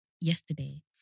yesterday